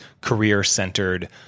career-centered